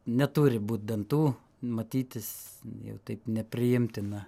neturi būt dantų matytis jau taip nepriimtina